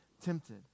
tempted